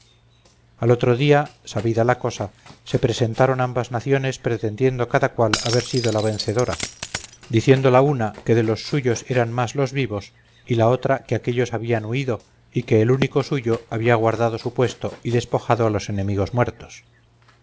al otro día sabida la cosa se presentaron ambas naciones pretendiendo cada cual haber sido la vencedora diciendo la una que de los suyos eran más los vivos y la otra que aquellos habían huido y que el único suyo había guardado su puesto y despojado a los enemigos muertos